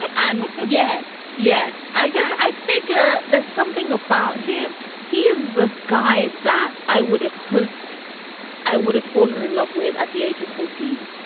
and yes. yes. i just. i figure there's something about him he is the guy that i would have hoped i would have fallen in love with at the age of fourteen.